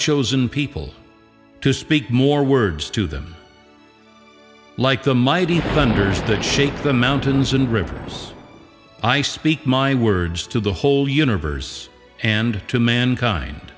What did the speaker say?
chosen people to speak more words to them like the mighty thunders that shape the mountains and rivers i speak my words to the whole universe and to mankind